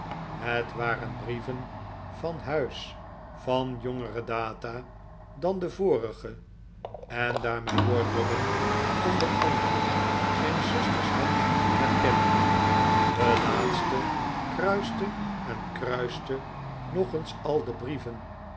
het waren brieven van huis van jongere data dan de vorige en daar majoor dobbin ohder anderen zijn zusters hand herkende de laatste kruiste en kruiste nog eens al de brieven